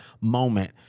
moment